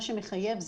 מה שמחייב,